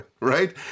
Right